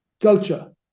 Culture